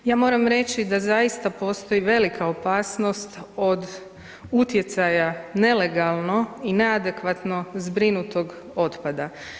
Ja moram reći da zaista postoji velika opasnost od utjecaja nelegalno i neadekvatno zbrinutog otpada.